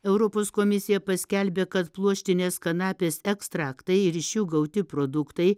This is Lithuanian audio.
europos komisija paskelbė kad pluoštinės kanapės ekstraktai ir iš jų gauti produktai